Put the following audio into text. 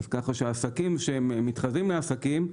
אז ככה שעסקים שמתחזים לעסקים,